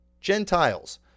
Gentiles